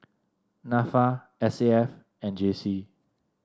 NAFA S A F and J C